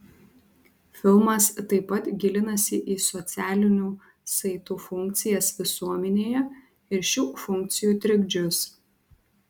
filmas taip pat gilinasi į socialinių saitų funkcijas visuomenėje ir šių funkcijų trikdžius